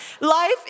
life